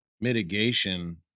mitigation